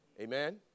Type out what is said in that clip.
Amen